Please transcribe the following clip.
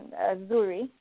Zuri